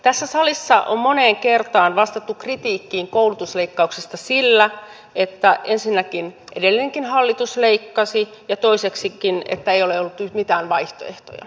tässä salissa on moneen kertaan vastattu kritiikkiin koulutusleikkauksista sillä että ensinnäkin edellinenkin hallitus leikkasi ja toiseksi ei ole ollut nyt mitään vaihtoehtoja